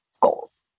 goals